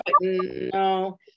No